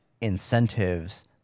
incentives